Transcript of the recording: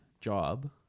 job